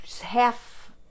half